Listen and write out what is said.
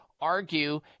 argue